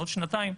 בעוד שנתיים,